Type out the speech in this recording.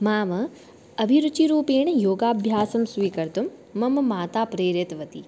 माम् अभिरुचिरूपेण योगाभ्यासं स्वीकर्तुं मम माता प्रेरितवती